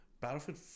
Battlefield